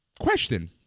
question